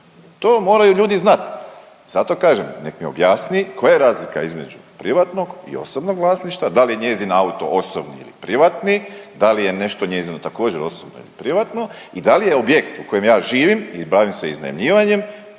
To moraju ljudi znat. Zato kažem nek mi objasni koja je razlika između privatnog i osobnog vlasništva, da li je njezin auto osobni ili privatni, da li je nešto njezino također osobno ili privatno i da li je objekt u kojem ja živim ili bavim se iznajmljivanjem